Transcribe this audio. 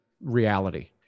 reality